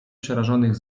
przerażonych